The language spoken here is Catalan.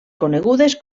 conegudes